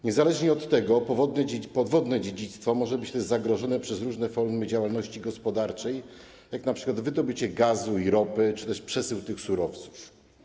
Niezależnie od tego podwodne dziedzictwo może być też zagrożone przez różne formy działalności gospodarczej, jak np. wydobycie gazu i ropy czy też przesył tych surowców.